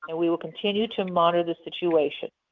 and we will continue to monitor the situation.